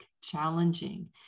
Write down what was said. challenging